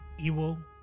Iwo